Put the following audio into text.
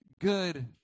good